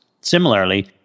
Similarly